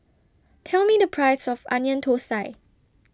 Tell Me The Price of Onion Thosai